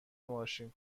ماشین